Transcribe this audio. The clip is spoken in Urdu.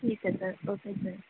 ٹھیک ہے سر اوکے سر